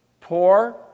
poor